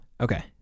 Okay